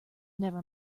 never